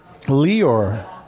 Leor